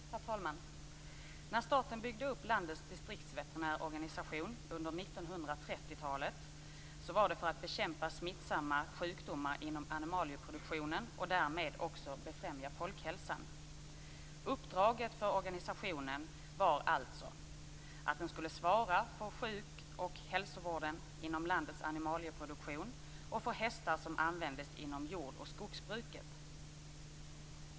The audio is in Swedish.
Herr talman! När staten byggde upp landets distriktsveterinärorganisation under 1930-talet var det för att bekämpa smittsamma sjukdomar inom animalieproduktionen och därmed också befrämja folkhälsan. Uppdraget för organisationen var alltså att den skulle svara för sjuk och hälsovården inom landets animalieproduktion och för hästar som användes inom jordoch skogsbruket.